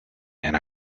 and